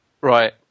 Right